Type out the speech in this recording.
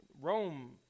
Rome